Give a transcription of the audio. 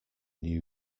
new